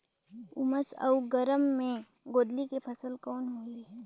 उमस अउ गरम मे गोंदली के फसल कौन होही?